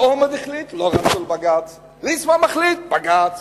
כשאולמרט החליט לא רצו לבג"ץ, ליצמן מחליט, בג"ץ.